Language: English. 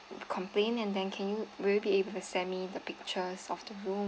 complain and then can you will you be able to send me the pictures of the room